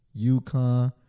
UConn